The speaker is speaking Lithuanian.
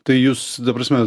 tai jūs ta prasme